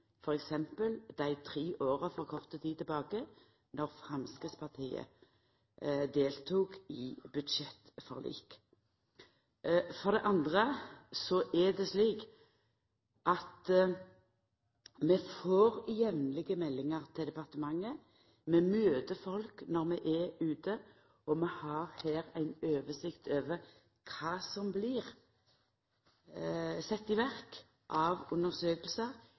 i dei tre åra for kort tid tilbake då Framstegspartiet deltok i budsjettforliket. For det andre er det slik at vi får jamlege meldingar til departementet, vi møter folk når vi er ute, og vi har ei oversikt over kva som blir sett i verk av